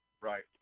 Right